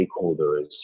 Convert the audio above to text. stakeholders